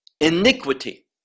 Iniquity